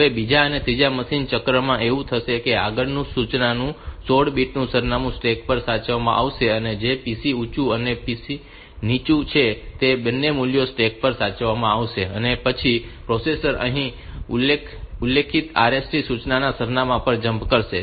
હવે બીજા અને ત્રીજા મશીન ચક્રમાં એવું થશે કે આગળની સૂચનાનું 16 બીટ સરનામું સ્ટેક પર સાચવવામાં આવશે જે PC ઊંચું અને PC નીચું છે તે બે મૂલ્યો સ્ટેક પર સાચવવામાં આવશે અને પછી પ્રોસેસર અહીં ઉલ્લેખિત RST સૂચનાના સરનામાં પર જમ્પ કરશે